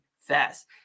fast